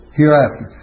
hereafter